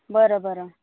बरं बरं